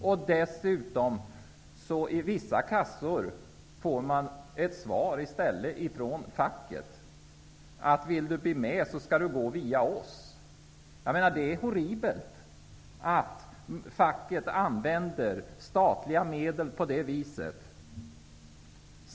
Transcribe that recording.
När det gäller vissa kassor får man dessutom svar från facket att man, om man vill gå med i arbetslöshetskassan, skall göra det via facket. Det är horribelt att facket använder statliga medel på det viset.